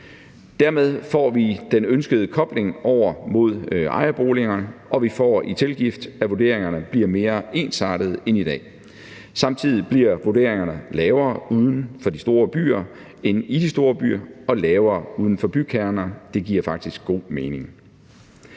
Dermed får vi den ønskede kobling til ejerboligerne, og vi får i tilgift, at vurderingerne bliver mere ensartede end i dag. Samtidig bliver vurderingerne lavere uden for de store byer end i de store byer og lavere uden for bykerner. Det giver faktisk god mening.